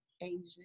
Asian